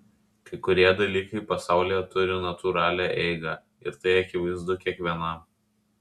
kai kurie dalykai pasaulyje turi natūralią eigą ir tai akivaizdu kiekvienam